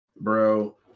Bro